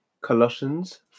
Colossians